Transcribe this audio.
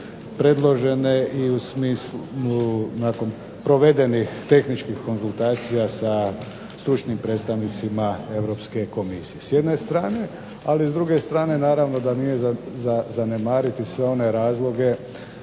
predložene i u smislu, nakon provedenih tehničkih konzultacija sa stručnim predstavnicima Europske Komisije s jedne strane, ali s druge strane naravno da nije za zanemariti sve one razloge